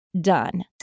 done